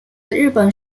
日本